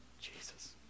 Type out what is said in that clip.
Jesus